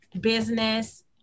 business